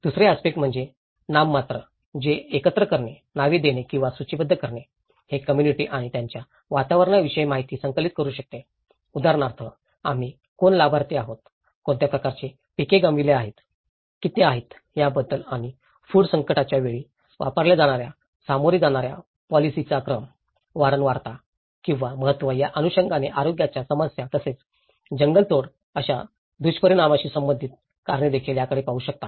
दुसरे आस्पेक्टस म्हणजे नाममात्र ते एकत्र करणे नावे देणे किंवा सूचीबद्ध करणे हे कम्म्युनिटी आणि त्यांच्या वातावरणाविषयी माहिती संकलित करू शकते उदाहरणार्थ उदाहरणार्थ आम्ही कोण लाभार्थी आहेत कोणत्या प्रकारचे पिके गमावले आहेत किती आहेत याबद्दल आणि फूड संकटाच्या वेळी वापरल्या जाणार्या सामोरे जाणा या पोलिसीाचा क्रम वारंवारता किंवा महत्व या अनुषंगाने आरोग्याच्या समस्या तसेच जंगलतोड अशा दुष्परिणामांशी संबंधित कारणे देखील याकडे पाहू शकतात